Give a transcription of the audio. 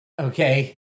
Okay